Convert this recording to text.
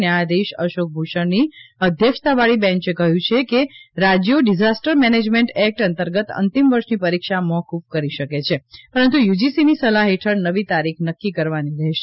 ન્યાયાધીશ અશોક ભૂષણની અધ્યક્ષતાવાળી બેંચે કહ્યું કે રાજ્યો ડિઝાસ્ટર મેનેજમેન્ટ એક્ટ અંતર્ગત અંતિમ વર્ષની પરીક્ષા મોફ્ફ કરી શકે છે પરંતુ યુજીસીની સલાહ હેઠળ નવી તારીખ નક્કી કરવાની રહેશે